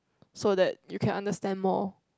so that you can understand more